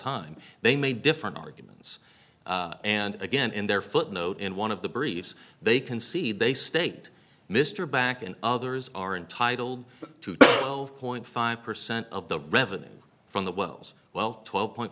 ime they made different arguments and again in their footnote in one of the briefs they concede they state mr back and others are entitled to zero point five percent of the revenue from the wells well twelve point